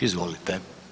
Izvolite.